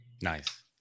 Nice